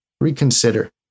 reconsider